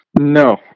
no